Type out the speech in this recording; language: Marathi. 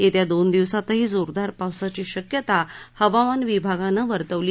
येत्या दोन दिवसातही जोरदार पावसाची शक्यता हवामान विभागानं वर्तवली आहे